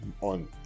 on